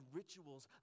rituals